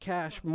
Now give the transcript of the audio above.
Cash